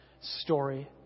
story